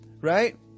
right